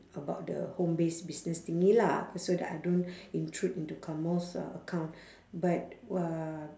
about the home based business thingy lah cause so that I don't intrude into uh account but uh